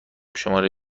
شماره